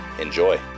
Enjoy